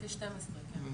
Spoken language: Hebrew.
כן.